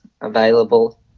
available